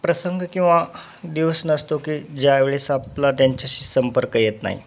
प्रसंग किंवा दिवस नसतो की ज्यावेळेस आपला त्यांच्याशी संपर्क येत नाही